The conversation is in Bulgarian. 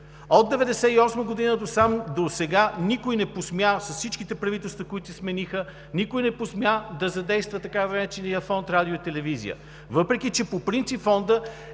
От 1998 г. досега никой не посмя – с всичките правителства, които се смениха, никой не посмя да задейства така наречения фонд „Радио и телевизия“. Въпреки че по принцип Фондът